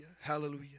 hallelujah